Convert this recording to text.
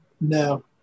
No